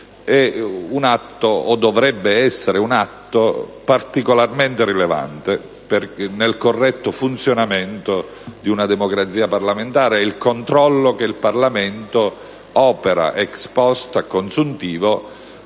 ‑ è o dovrebbe essere un atto particolarmente rilevante nel corretto funzionamento di una democrazia parlamentare. È il controllo che il Parlamento opera *ex post*, a consuntivo